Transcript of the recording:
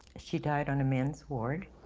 she died on a men's ward.